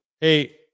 Hey